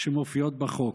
שמופיעות בחוק.